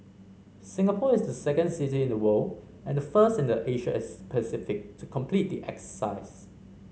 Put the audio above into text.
Singapore is the second city in the world and the first in the Asia Pacific to complete the